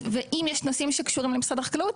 ואם יש נושאים שקשורים למשרד החקלאות